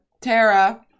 Tara